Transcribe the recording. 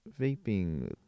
vaping